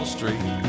Street